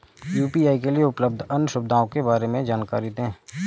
UPI के लिए उपलब्ध अन्य सुविधाओं के बारे में जानकारी दें?